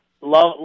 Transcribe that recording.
love